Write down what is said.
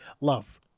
love